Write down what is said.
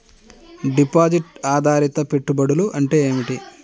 Deposit ఆధారిత పెట్టుబడులు అంటే ఏమిటి?